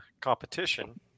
competition